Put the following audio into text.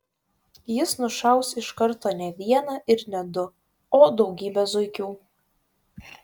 jis nušaus iš karto ne vieną ir ne du o daugybę zuikių